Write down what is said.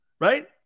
right